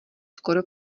skoro